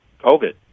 COVID